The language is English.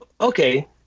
okay